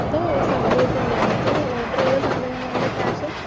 മൊത്തം സംഭവത്തിൻ്റെ മൊത്തം ഓഡ്റ് ചെയ്ത സാധനങ്ങളുടെ ക്യാഷും